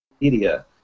media